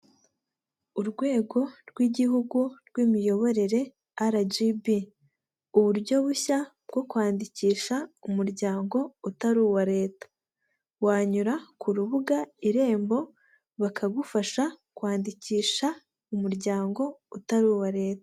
Urwego rw'igihugu rw'imiyoborere arajibi uburyo bushya bwo kwandikisha umuryango utari uwa leta, wanyura ku rubuga irembo bakagufasha kwandikisha umuryango utari uwa leta.